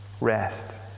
Rest